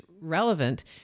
relevant